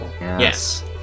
Yes